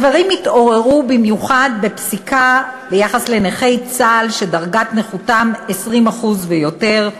הדברים התעוררו במיוחד בפסיקה ביחס לנכי צה"ל שדרגת נכותם 20% ויותר,